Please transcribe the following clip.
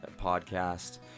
podcast